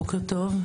בוקר טוב,